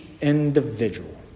individual